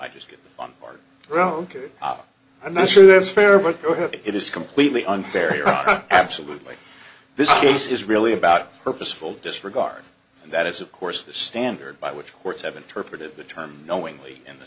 i just get on board broke it up i'm not sure that's fair but it is completely unfair absolutely this case is really about purposeful disregard and that is of course the standard by which courts have interpreted the term knowingly in the